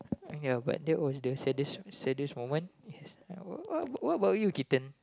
uh ya but that was the saddest the saddest moment what what about you Keaton